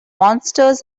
monsters